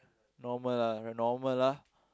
normal ah right normal ah